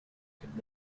could